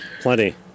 Plenty